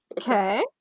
Okay